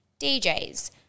DJs